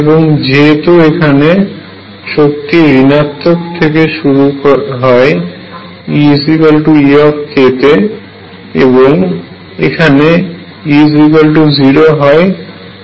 এখন যেহেতু এখানে শক্তি ঋনাত্মক থেকে শুরু হয় EE তে এবং এখানে E0 হয়